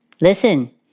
Listen